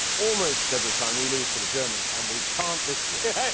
almost every time, we lose to the germans, and we can't this year. yeah,